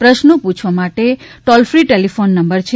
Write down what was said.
પ્રશ્નો પૂછવા માટે ટોલ ફી ટેલીફોન નંબર છે